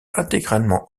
intégralement